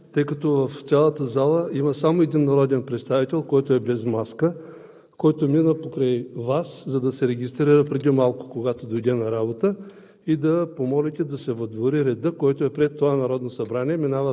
Господин Председател, моля да се намесите, тъй като в цялата зала има само един народен представител, който е без маска, който мина покрай Вас, за да се регистрира преди малко, когато дойде на работа